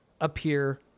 appear